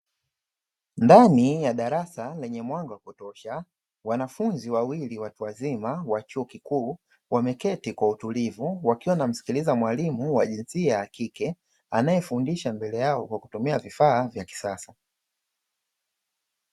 Ndani ya darasa lenye mwanga kutosha, wanafunzi wawili watu wazima wa chuo kikuu, wameketi kwa utulivu wakiwa wanamsikiliza mwalimu wa jinsia ya kike anayefundisha mbele yao kwa kutumia vifaa vya kisasa.